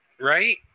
right